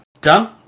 done